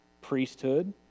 priesthood